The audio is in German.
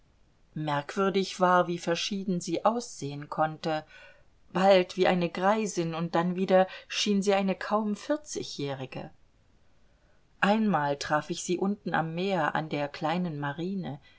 merkwürdig war wie verschieden sie aussehen konnte bald wie eine greisin und dann wieder schien sie eine kaum vierzigjährige einmal traf ich sie unten am meer an der kleinen marine